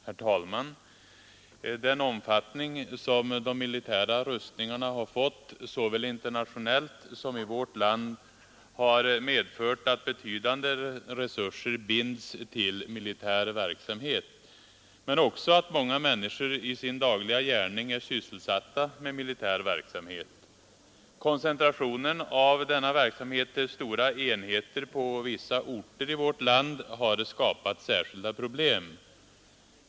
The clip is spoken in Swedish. Herr talman! Den omfattning som de militära rustningarna har fått såväl internationellt som i vårt land har medfört att betydande resurser binds till militär verksamhet men också att många människor i sin dagliga gärning är sysselsatta med militär verksamhet. Koncentrationen av denna verksamhet till stora enheter på vissa orter i vårt land har skapat särskilda problem.